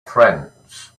friends